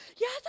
yes